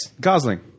Gosling